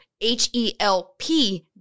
H-E-L-P